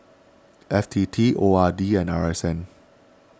F T T O R D and R S N